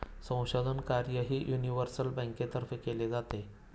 संशोधन कार्यही युनिव्हर्सल बँकेतर्फे केले जाते